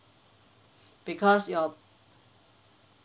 because your